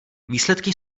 výsledky